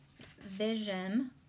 vision